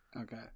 Okay